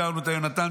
הזכרנו את יהונתן,